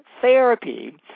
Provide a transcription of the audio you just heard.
therapy